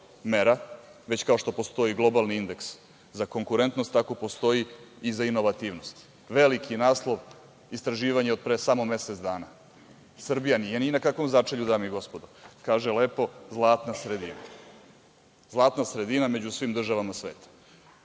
već kao što postoji globalni indeks za konkurentnost, tako postoji i za inovativnost. Veliki naslov istraživanja od pre samo mesec dana. Srbija nije ni na kakvom začelju, dame i gospodo, kaže lepo – zlatna sredina. Zlatna sredina među svim državama sveta. Da